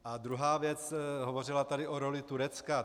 A druhá věc, hovořila tady o roli Turecka.